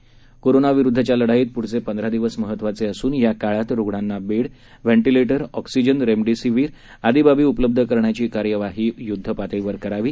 कोरोनाविरुद्धच्या लढाईत पुढचे पंधरा दिवस महत्वाचे असून याकाळात रुग्णांना बेड व्हेंटीलेटर ऑक्सिजन रेमडिसिव्हीर आदी बाबी उपलब्ध करण्याची कार्यवाही युद्धपातळीवर करावी